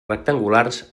rectangulars